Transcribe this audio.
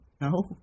No